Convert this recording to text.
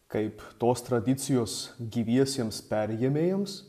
kaip tos tradicijos gyviesiems perėmėjams